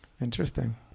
Interesting